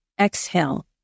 Exhale